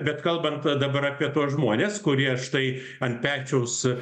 bet kalbant dabar apie tuos žmones kurie štai ant pečiaus